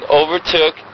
overtook